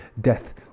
Death